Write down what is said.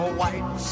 white